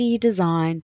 Design